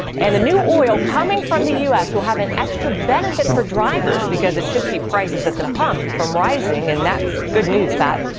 and the new oil coming the the u s. will have an extra benefit for drivers, because it should keep prices at the pump from rising. and that's good news, pat.